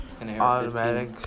automatic